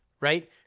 right